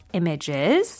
images